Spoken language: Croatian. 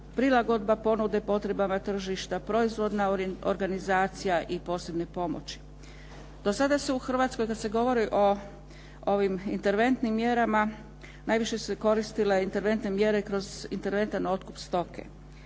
prilagodbe ponude potrebama tržišta, proizvodna organizacija i posebne pomoći. Do sada se u Hrvatskoj kada se govori o ovim interventnim mjerama najviše su se koristile interventne mjere kroz interventan otkup stoke.